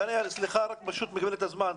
דניאל, סליחה, זה רק בגלל מגבלת הזמן.